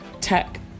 tech